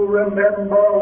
remember